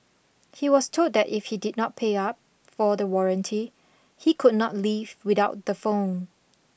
he was told that if he did not pay up for the warranty he could not leave without the phone